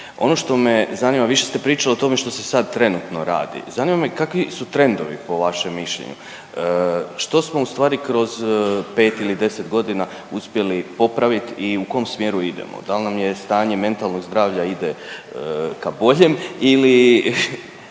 Ono što me zanima, više ste pričali o tome što se sad trenutno radi. Zanima me kakvi su trendovi po vašem mišljenju? Što smo ustvari kroz 5 ili 10 godina uspjeli popraviti i u kom smjeru idemo? Da li nam je stanje mentalnog zdravlja ide ka boljem ili